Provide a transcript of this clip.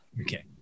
Okay